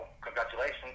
Congratulations